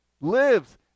lives